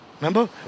Remember